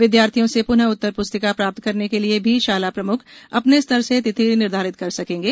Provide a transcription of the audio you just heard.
विद्यार्थियों से पुनः उत्तर पुस्तिका प्राप्त करने के लिए भी शाला प्रमुख अपने स्तर से तिथि निर्धारित कर सकेंगे